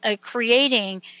creating